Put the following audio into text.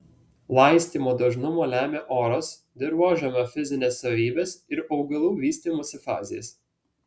laistymo dažnumą lemia oras dirvožemio fizinės savybės ir augalų vystymosi fazės